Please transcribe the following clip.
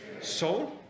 soul